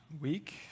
week